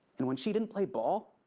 and when she didn't play ball,